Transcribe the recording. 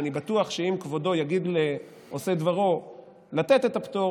ואני בטוח שאם כבודו יגיד לעושה דברו לתת את הפטור,